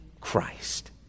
Christ